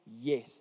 yes